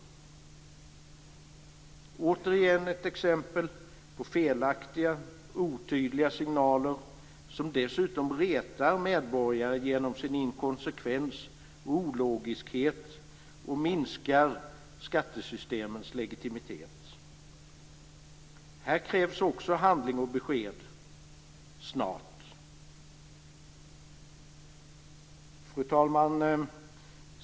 Detta är återigen ett exempel på felaktiga och otydliga signaler som dessutom retar medborgare genom sin inkonsekvens och ologiskhet och som minskar skattesystemens legitimitet. Här krävs också handling och besked - snart! Fru talman!